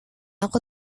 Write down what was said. aku